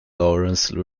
lawrence